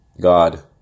god